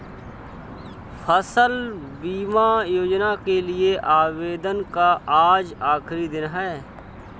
फसल बीमा योजना के लिए आवेदन का आज आखरी दिन है